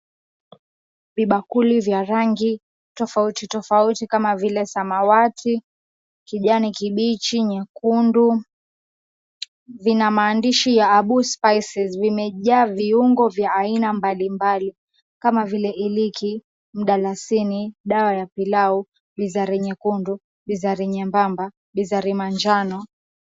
Vibakuli vya rangi tofauti tofauti kama vile samawati, kijani kibichi , nyekundu vina maandishi ya abus spices , binza , vimejaa viungo mbali mbali kama vile iliki, mdalasini , dawa ya pilau, binzari nyekunduri nyembamba ,binzari manjano